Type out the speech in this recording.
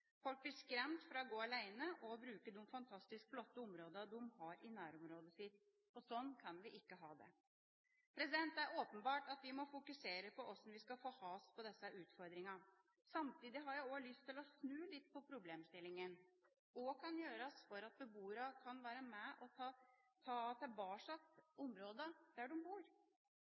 Folk blir skremt fra å gå alene og å bruke de fantastisk flotte områdene de har i nærområdet sitt. Slik kan vi ikke ha det. Det er åpenbart at vi må fokusere på hvordan vi skal få has på disse utfordringene. Samtidig har jeg lyst til å snu litt på problemstillingen: Hva kan gjøres for at beboerne kan være med på å ta tilbake områdene der de bor?